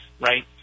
right